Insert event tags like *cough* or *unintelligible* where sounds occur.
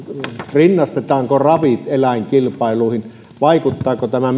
rinnastetaanko ravit eläinkilpailuihin millä tavalla tämä *unintelligible*